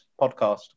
podcast